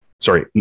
sorry